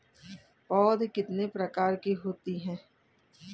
पौध कितने प्रकार की होती हैं?